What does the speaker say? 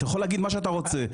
אתה יכול להגיד מה שאתה רוצה.